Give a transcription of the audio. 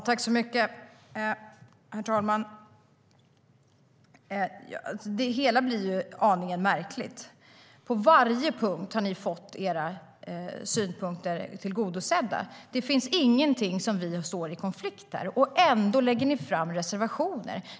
Herr talman! Det hela blir aningen märkligt. På varje punkt har ni fått era synpunkter tillgodosedda, Anders Åkesson. Det finns ingenting där vi står i konflikt. Ändå lämnar ni reservationer.